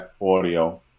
audio